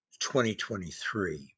2023